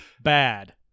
bad